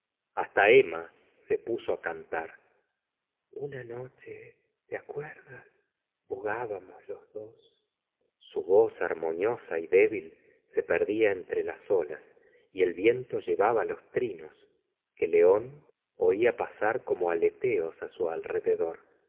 hasta emma se puso á cantar una noche te acuerdas bogábamos los dos su vol harmoniosa y débil se perdía entre las olas y el viento llevaba los trinos que león oia pasar como aleteos á su alrededor